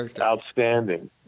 outstanding